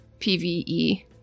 PvE